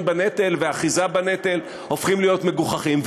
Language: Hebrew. בנטל ונשיאה בנטל הופכים להיות מגוחכים.